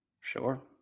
Sure